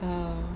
um